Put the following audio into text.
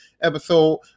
episode